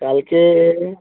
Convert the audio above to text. কালকে